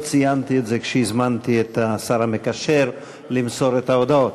לא ציינתי את זה כשהזמנתי את השר המקשר למסור את ההודעות.